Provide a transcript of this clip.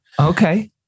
Okay